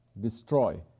destroy